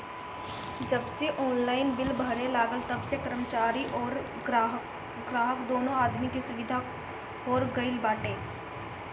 जबसे online bill भराए लागल तबसे कर्मचारीन अउरी ग्राहक दूनो आदमी के सुविधा हो गईल बाटे